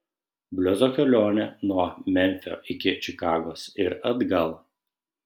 bliuzo kelionė nuo memfio iki čikagos ir atgal